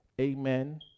amen